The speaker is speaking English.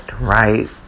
Right